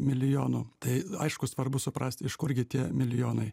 milijonų tai aišku svarbu suprasti iš kurgi tie milijonai